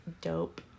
dope